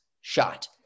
shot